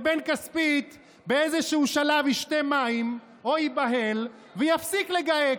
ובן כספית באיזשהו שלב ישתה מים או ייבהל ויפסיק לגהק,